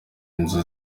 inzu